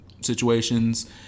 situations